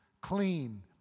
Clean